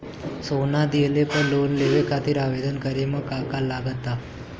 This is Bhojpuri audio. सोना दिहले पर लोन लेवे खातिर आवेदन करे म का का लगा तऽ?